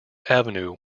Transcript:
avenue